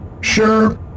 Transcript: Sure